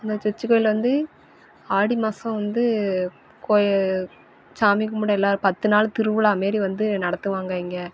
அந்த சர்ச்சு கோயிலில் வந்து ஆடி மாதம் வந்து போய் சாமி கும்பிட எல்லா பத்து நாளும் திருவிழா மாரி வந்து நடத்துவாங்க இங்கே